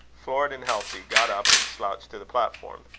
florid and healthy, got up and slouched to the platform.